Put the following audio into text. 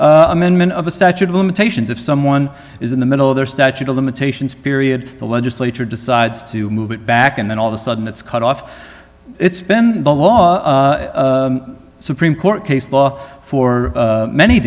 amendment of the statute of limitations of someone is in the middle of their statute of limitations period the legislature decides to move it back and then all of a sudden it's cut off it's been the law supreme court case law for many